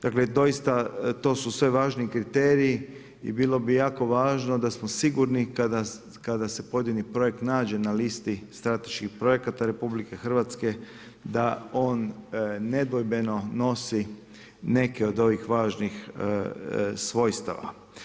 Dakle, doista to su sve važni kriteriji i bilo bi jako važno da smo sigurni kada se pojedini projekt nađe na listi strateških projekata Republike Hrvatske, da on nedvojbeno nosi neke od ovih važnih svojstava.